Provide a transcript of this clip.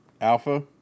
Alpha